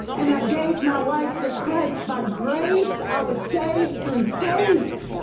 and i gave my life to christ. by grace i was saved through faith.